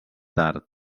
tard